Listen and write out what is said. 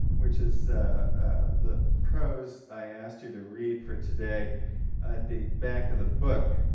which is the prose i asked you to read for today at the back of the book,